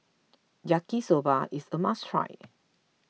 Yaki Soba is a must try